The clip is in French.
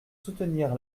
soutenir